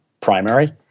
primary